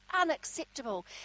unacceptable